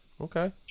Okay